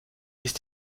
ist